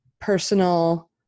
personal